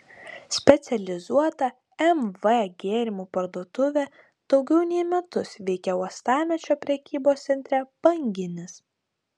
specializuota mv gėrimų parduotuvė daugiau nei metus veikia uostamiesčio prekybos centre banginis